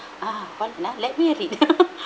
ah hold on ah let me read